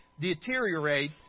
deteriorate